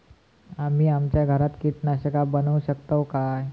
आम्ही आमच्या घरात कीटकनाशका बनवू शकताव काय?